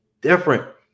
different